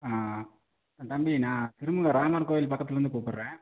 ஆ ஆ தம்பி நான் திருமுல்லை ராமர் கோயில் பக்கத்திலருந்து கூப்பிட்றேன்